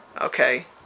Okay